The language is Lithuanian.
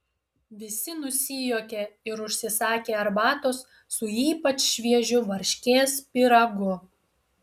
visi nusijuokė ir užsisakė arbatos su ypač šviežiu varškės pyragu